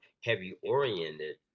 heavy-oriented